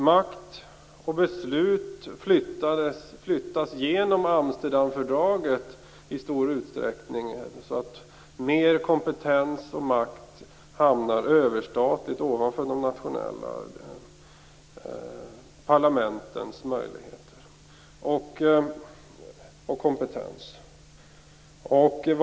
Makt och beslut flyttas genom Amsterdamfördraget i stor utsträckning så att mer kompetens och makt hamnar överstatligt, över de nationella parlamentens möjligheter och kompetens.